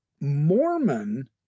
Mormon